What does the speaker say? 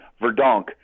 Verdonk